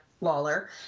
Lawler